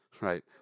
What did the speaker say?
Right